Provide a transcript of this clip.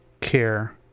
care